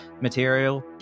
material